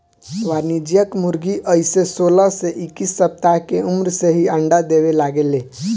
वाणिज्यिक मुर्गी अइसे सोलह से इक्कीस सप्ताह के उम्र से ही अंडा देवे लागे ले